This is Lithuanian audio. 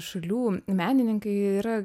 šalių menininkai yra